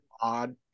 odd